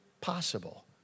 possible